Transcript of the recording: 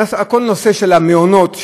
כל הנושא של המעונות,